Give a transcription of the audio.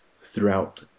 throughout